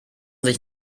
sich